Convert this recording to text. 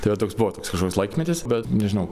tai va toks buvo toks kažkoks laikmetis bet nežinau